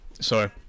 Sorry